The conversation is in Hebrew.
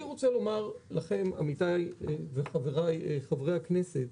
אני רוצה לומר לכם, עמיתיי וחבריי חברי הכנסת,